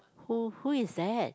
who who is that